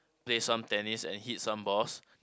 play some tennis and hit some balls